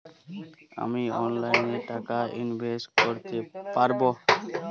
আমি অনলাইনে টাকা ইনভেস্ট করতে পারবো?